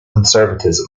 conservatism